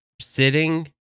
sitting